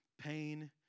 pain